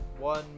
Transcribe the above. one